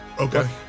Okay